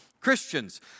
Christians